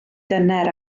dyner